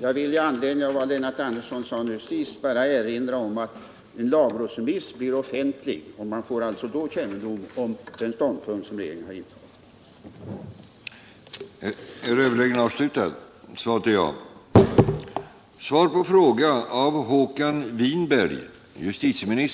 Jag vill i anledning av vad Lennart Andersson sade sist bara erinra om att en lagrådsremiss blir offentlig. Man får alltså då kännedom om den ståndpunkt som regeringen har intagit.